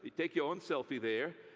take your own selfie there.